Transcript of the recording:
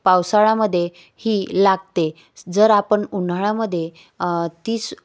पावसाळ्यामध्ये ही लागते जर आपण उन्हाळ्यामध्ये तीस